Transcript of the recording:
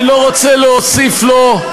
אני לא רוצה להוסיף לו,